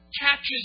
catches